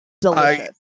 delicious